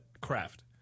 craft